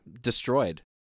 destroyed